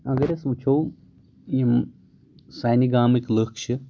اَگر أسۍ وٕچھو یِم سانہِ گامٕکۍ لُکھ چھِ